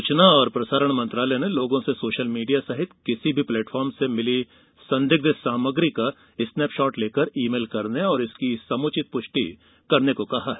सुचना और प्रसारण मंत्रालय ने लोगों से सोशल मीडिया सहित किसी भी प्लेटफार्म से मिली संदिग्ध सामग्री का स्नैपशॉट लेकर ई मेल करने और इसकी समुचित पुष्टि करने को कहा है